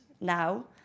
now